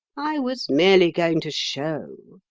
i was merely going to show,